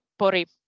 Pori